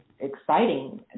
exciting